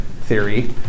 theory